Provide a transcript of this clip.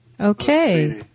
Okay